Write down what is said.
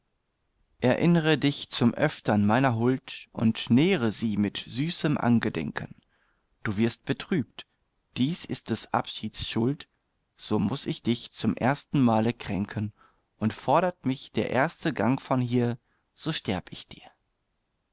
erinnre dich zum öftern meiner huld und nähre sie mit süßem angedenken du wirst betrübt dies ist des abschieds schuld so muß ich dich zum ersten male kränken und fordert mich der erste gang von hier so sterb ich dir